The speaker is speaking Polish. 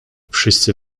wszyscy